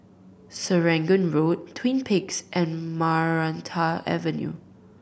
Serangoon Road Twin Peaks and Maranta Avenue